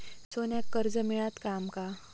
सोन्याक कर्ज मिळात काय आमका?